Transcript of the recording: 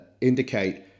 indicate